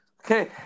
Okay